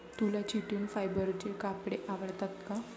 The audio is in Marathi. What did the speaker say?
तुला चिटिन फायबरचे कपडे आवडतात का?